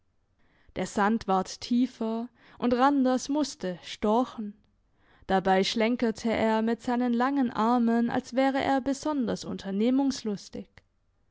der sand ward tiefer und randers musste storchen dabei schlenkerte er mit seinen langen armen als wäre er besonders unternehmungslustig